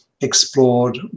explored